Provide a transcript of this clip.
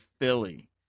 Philly